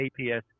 APS